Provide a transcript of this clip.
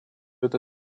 это